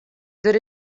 der